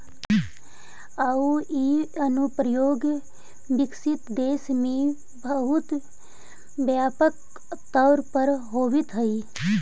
आउ इ अनुप्रयोग विकसित देश में बहुत व्यापक तौर पर होवित हइ